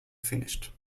finished